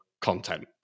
content